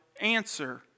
answer